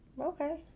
Okay